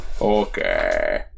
Okay